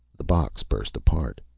the box burst apart.